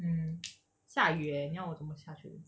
mm 下雨 eh 你要我怎么下去